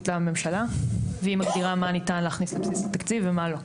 לממשלה והיא מגדירה מה ניתן להכניס לבסיס התקציב ומה לא.